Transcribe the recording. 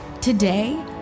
Today